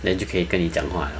then 就可以跟你讲话了